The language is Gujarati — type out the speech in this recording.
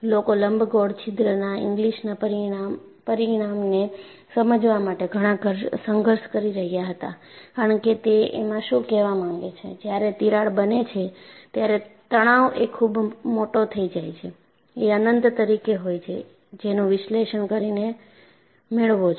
લોકો લંબગોળ છિદ્રના ઇંગ્લિસના પરિણામને સમજવા માટે ઘણા સંઘર્ષ કરી રહ્યા હતા કારણ કે તે એમાં શું કહેવા માંગે છે જ્યારે તિરાડ બને છે ત્યારે તણાવ એ ખૂબ મોટો થઈ જાય છે તે અનંત તરીકે હોય છે જેનું વિશ્લેષણ કરીને મેળવો છો